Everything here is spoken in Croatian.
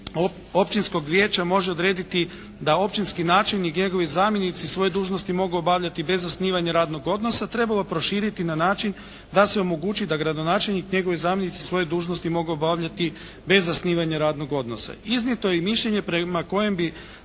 općinskog vijeća može odrediti da općinski načelnik i njegovi zamjenici svoje dužnosti mogu obavljati bez zasnivanja radnog odnosa trebalo je proširiti na način da se omogući da gradonačelnik i njegovi zamjenici svoje dužnosti mogu obavljati bez zasnivanja radnog odnosa. Iznijeto je i mišljenje prema kojem bi